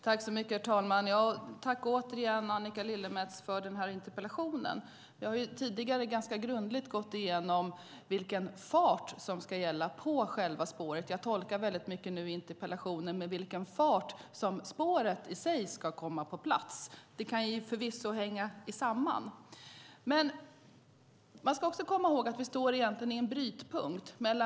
Herr talman! Tack återigen, Annika Lillemets, för interpellationen! Jag har tidigare ganska grundligt gått igenom vilken fart som ska gälla på spåret. Jag tolkar nu interpellation utifrån vilken fart spåret som sådant ska komma på plats. De kan förvisso hänga samman. Men man ska också komma ihåg att vi står i en brytpunkt.